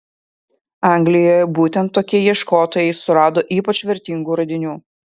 anglijoje būtent tokie ieškotojai surado ypač vertingų radinių